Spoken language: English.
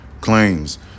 claims